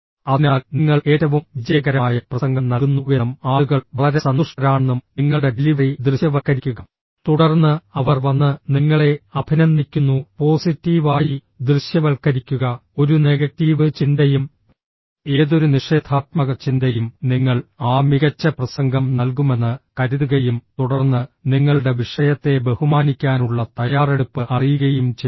അതിനാൽ നിങ്ങൾ ഏറ്റവും വിജയകരമായ പ്രസംഗം നൽകുന്നുവെന്നും ആളുകൾ വളരെ സന്തുഷ്ടരാണെന്നും നിങ്ങളുടെ ഡെലിവറി ദൃശ്യവൽക്കരിക്കുക തുടർന്ന് അവർ വന്ന് നിങ്ങളെ അഭിനന്ദിക്കുന്നു പോസിറ്റീവായി ദൃശ്യവൽക്കരിക്കുക ഒരു നെഗറ്റീവ് ചിന്തയും ഏതൊരു നിഷേധാത്മക ചിന്തയും നിങ്ങൾ ആ മികച്ച പ്രസംഗം നൽകുമെന്ന് കരുതുകയും തുടർന്ന് നിങ്ങളുടെ വിഷയത്തെ ബഹുമാനിക്കാനുള്ള തയ്യാറെടുപ്പ് അറിയുകയും ചെയ്യുന്നു